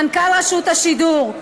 מנכ"ל רשות השידור,